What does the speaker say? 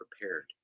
prepared